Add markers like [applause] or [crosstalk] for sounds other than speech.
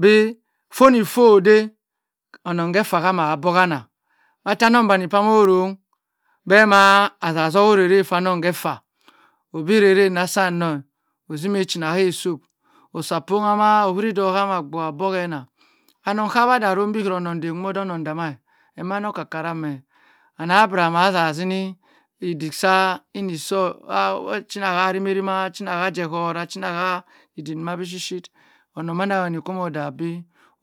Bi foni fo onong efa hama boha nang macha anong vanny mho rongh bh maa aza ore re kwonong efa obi iray ray na sam wo ozime oh chena hay suk osa pongha maa ohuri dh hama bua abohe anang anong kawadh nɔngh bi onongh dhan oday onong dama emana oka ka rangh mhe anah bira maa aza zini idik sa ini soh [unintelligible] azima ha aje hod achina ha idik maa sai shi onong manden wani comodabi